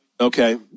Okay